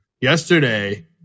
yesterday